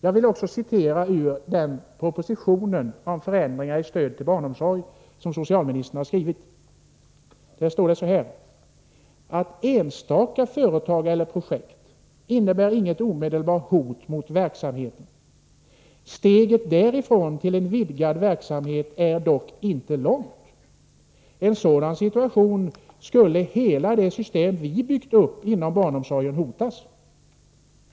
Jag vill läsa ur den proposition om förändringar beträffande stödet till barnomsorgen som socialministern har skrivit: Enstaka företag eller projekt innebär inget omedelbart hot mot verksamheten. Steget därifrån till en vidgad verksamhet är dock inte långt. I en sådan situation skulle hela det system vi byggt upp inom barnomsorgen hotas.